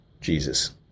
Jesus